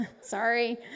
sorry